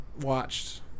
watched